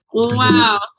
Wow